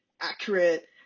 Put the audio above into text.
accurate